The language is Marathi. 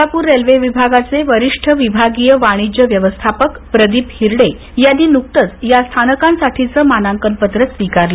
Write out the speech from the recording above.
सोलापूर रेल्वे विभागाचे वरिष्ठ विभागीय वाणिज्य व्यवस्थापक प्रदीप हिरडे यांनी नुकतंच या स्थानकांसाठीचं मानांकन पत्र स्वीकारलं